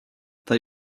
they